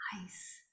Nice